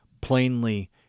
plainly